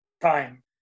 time